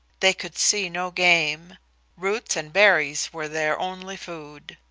they could see no game roots and berries were their only food.